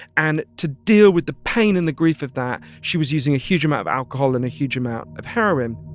and to deal with the pain and the grief of that, she was using a huge amount of alcohol and a huge amount of heroin